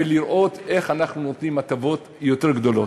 ולראות איך אנחנו נותנים הטבות יותר גדולות.